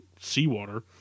seawater